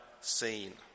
seen